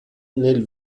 nel